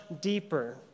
deeper